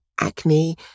Acne